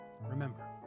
Remember